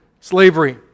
slavery